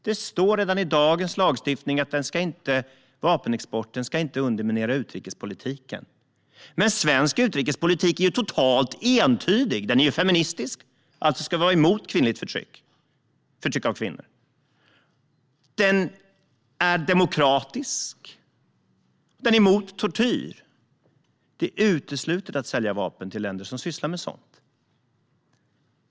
Det står redan i dagens lagstiftning att vapenexporten inte ska underminera utrikespolitiken. Men svensk utrikespolitik är ju totalt entydig! Den är feministisk, alltså ska den vara emot förtryck av kvinnor. Den är demokratisk, och den är emot tortyr. Det är därför uteslutet att sälja vapen till länder som sysslar med sådant.